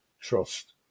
trust